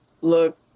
look